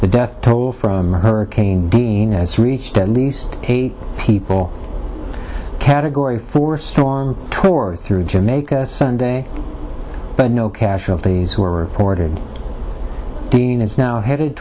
the death toll from hurricane dean as reached at least eight people category four storm tore through jamaica sunday but no casualties were ordered jeanne is now headed